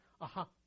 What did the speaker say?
aha